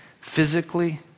physically